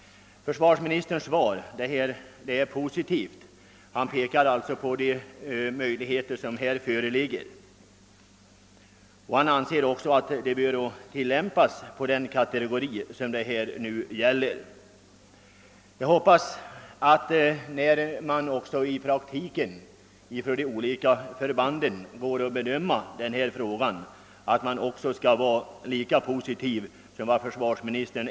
Försvarsministerns svar är positivt. Han pekar på de möjligheter som föreligger i detta fall och säger att de bör unyttjas för att rätt sysselsätta den kategori människor som vi här talar om. Jag hoppas bara att man också ute vid de olika förbanden, när man skall bedöma denna fråga, är lika positiv som försvarsministern.